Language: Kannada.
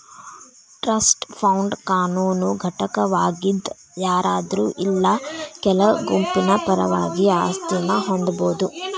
ಟ್ರಸ್ಟ್ ಫಂಡ್ ಕಾನೂನು ಘಟಕವಾಗಿದ್ ಯಾರಾದ್ರು ಇಲ್ಲಾ ಕೆಲ ಗುಂಪಿನ ಪರವಾಗಿ ಆಸ್ತಿನ ಹೊಂದಬೋದು